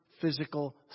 physical